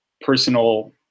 personal